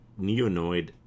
Neonoid